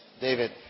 David